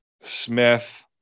Smith